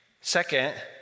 Second